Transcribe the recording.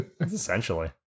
Essentially